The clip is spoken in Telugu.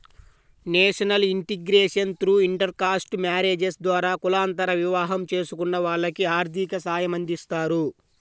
national integration through intercaste marriages ద్వారా కులాంతర వివాహం చేసుకున్న వాళ్లకి ఆర్థిక సాయమందిస్తారు